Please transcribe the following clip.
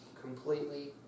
completely